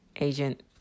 agent